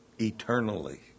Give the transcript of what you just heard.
eternally